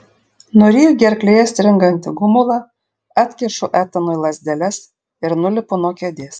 nuryju gerklėje stringantį gumulą atkišu etanui lazdeles ir nulipu nuo kėdės